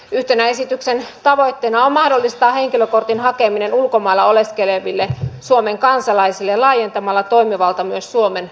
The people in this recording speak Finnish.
yhtenä esityksen tavoitteista on mahdollistaa henkilökortin hakeminen ulkomailla oleskeleville suomen kansalaisille laajentamalla toimivaltaa myös suomen ulkomaan edustustoihin